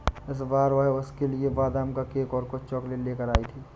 इस बार वह उसके लिए बादाम का केक और कुछ चॉकलेट लेकर आई थी